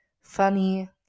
funny